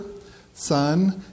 Son